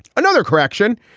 another correction,